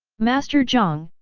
master jiang,